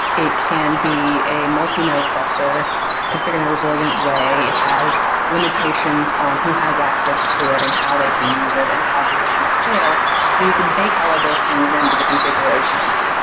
it can be a multi-node cluster configured in a resilient way. it has limitations on who has access to it and how they can use it and how big it can scale. but you can bake all of those things into the configurations.